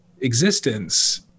existence